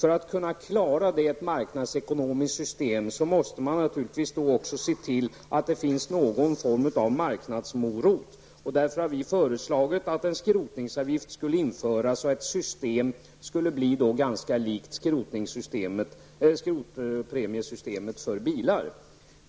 För att klara detta i ett marknadsekonomiskt system måste man naturligtvis också se till att det finns någon form av marknadsmorot. Vi har därför föreslagit att en skrotningsavgift skulle införas och att systemet skulle bli ganska likt skrotpremiesystemet för bilar.